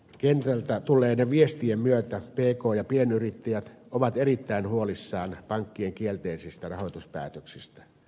kentältä tulleiden viestien myötä pk ja pienyrittäjät ovat erittäin huolissaan pankkien kielteisistä rahoituspäätöksistä